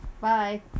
Bye